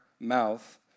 Mouth